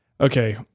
Okay